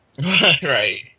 right